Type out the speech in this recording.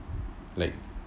like